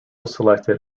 selected